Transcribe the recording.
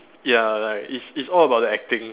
ya like it's it's all about the acting